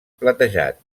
platejat